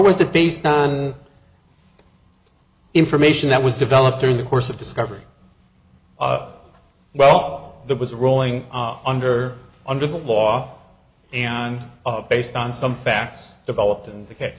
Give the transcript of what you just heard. was it based on information that was developed during the course of discovery well there was a rolling under under the law and based on some facts developed in